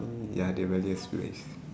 ya rebellious phase